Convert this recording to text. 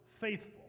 faithful